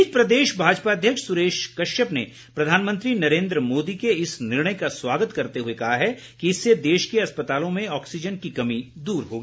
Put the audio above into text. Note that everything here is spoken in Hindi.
इस बीच प्रदेश भाजपा अध्यक्ष सुरेश कश्यप ने प्रधानमंत्री नरेन्द्र मोदी के इस निर्णय का स्वागत करते हुए कहा है कि इससे देश के अस्पतालों में ऑक्सीजन की कमी दूर होगी